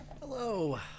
Hello